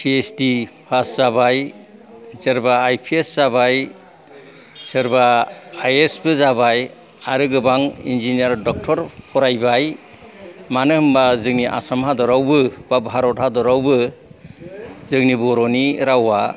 फि H D pass जाबाय सोरबा I P S जाबाय सोरबा आइ एस बो जाबाय आरो गोबां इनजिनियार डक्टरबो फरायबाय मानो होनबा जोंनि आसाम हादरावबो भारत हादरावबो जोंनि बर'नि रावा